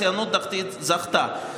הציונות הדתית זכתה.